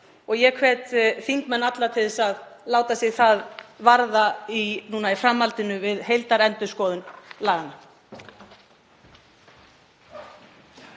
og ég hvet þingmenn alla til að láta sig það varða núna í framhaldinu við heildarendurskoðun laganna.